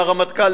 לרמטכ"ל,